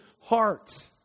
heart